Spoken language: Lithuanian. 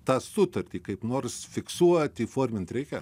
tą sutartį kaip nors fiksuoti įforminti reikia